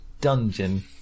dungeon